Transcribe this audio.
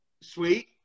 Sweet